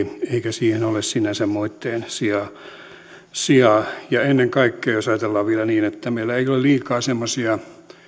siinä ole sinänsä moitteen sijaa ja ennen kaikkea jos ajatellaan vielä niin että meillä ei ole liikaa semmoisia